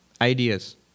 ideas